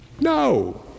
No